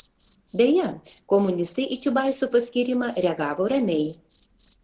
beje komunistai į čiubaiso paskyrimą reagavo ramiai